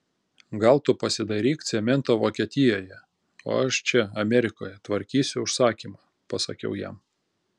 gal tu pasidairyk cemento vokietijoje o aš čia amerikoje tvarkysiu užsakymą pasakiau jam